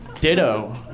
Ditto